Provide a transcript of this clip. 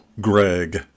Greg